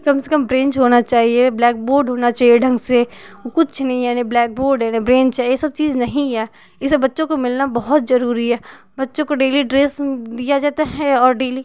कम से कम ब्रेन्च होना चाहिए ब्लैकबोर्ड होना चाहिए ढंग से कुछ नहीं है नहीं ब्लैकबोर्ड है नहीं ब्रेन्च है ये सब चीज नहीं है ये सब बच्चों को मिलना बहुत जरूरी है बच्चों को डेली ड्रेस दिया जाता है और डेली